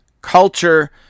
culture